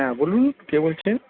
হ্যাঁ বলুন কে বলছেন